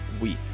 week